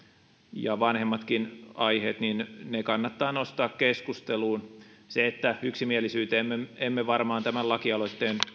ja vanhemmatkin aiheet kannattaa nostaa keskusteluun se että yksimielisyyteen emme varmaan tämän lakialoitteen